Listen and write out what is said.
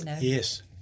Yes